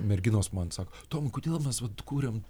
merginos man sako tomai kodėl mes vat kuriam